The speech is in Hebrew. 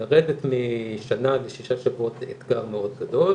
לרדת משנה לשישה שבועות זה אתגר מאוד גדול,